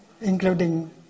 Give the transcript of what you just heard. including